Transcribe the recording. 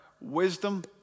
wisdom